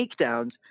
takedowns